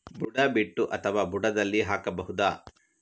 ಬುಡ ಬಿಟ್ಟು ಅಥವಾ ಬುಡದಲ್ಲಿ ಹಾಕಬಹುದಾ?